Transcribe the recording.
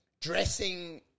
dressing